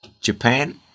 Japan